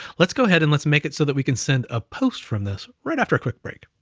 let's go ahead, and let's make it so that we can send a post from this right after a quick break.